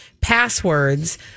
passwords